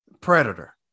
Predator